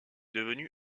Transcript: devenu